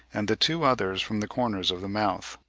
and the two others from the corners of the mouth.